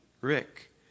Rick